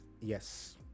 Yes